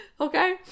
Okay